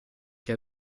che